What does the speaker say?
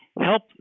help